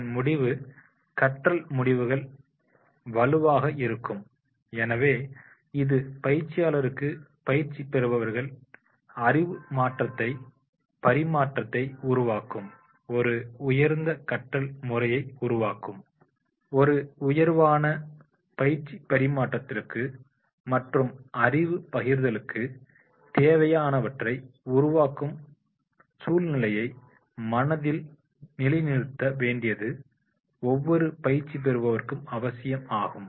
இதன் முடிவு கற்றல் முடிவுகள் வலுவாக இருக்கும் எனவே இது பயிற்சியாளருக்கு பயிற்சி பெறுபவர்கள் அறிவு மாற்றத்தை பரிமாற்றத்தை உருவாக்கும் ஒரு உயர்ந்த கற்றல் முறையை உருவாக்கும் ஒரு உயர்வான பயிற்சி பரிமாற்றத்திற்கு மற்றும் அறிவு பகிர்தலுக்கு தேவையானவற்றை உருவாக்கும் உருவாக்கும் சூழ்நிலையை மனதில் மனதில் நிலைநிறுத்த வேண்டியது நிலைநிறுத்த வேண்டியது ஒவ்வொரு பயிற்சி பெறுவதற்கும் அவசியமாகும்